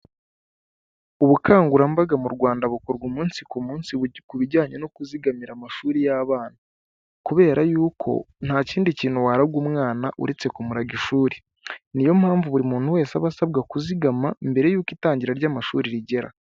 Ubukangurambaga mu Rwanda bukorwa umunsi ku munsi ku bijyanye no kuzigamira amashuri y'abana, kubera y'uko ntakindi kintu waraga umwana uretse kumuraga ishuri, niyo mpamvu buri muntu wese aba asabwa kuzigama mbere y'uko itangira ry'amashuri rigera.